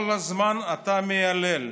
כל הזמן אתה מיילל: